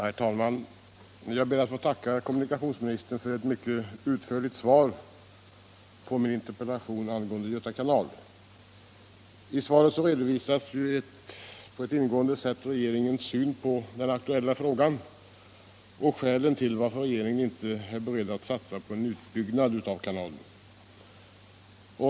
Herr talman! Jag ber att få tacka kommunikationsministern för ett mycket utförligt svar på min interpellation angående Göta kanal. I svaret redovisas på ett ingående sätt regeringens syn på den aktuella frågan och skälen till att regeringen inte är beredd att satsa på en utbyggnad av kanalen.